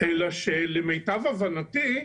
אלא שלמיטב הבנתי,